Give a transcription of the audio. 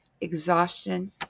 exhaustion